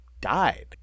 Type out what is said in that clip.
died